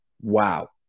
wow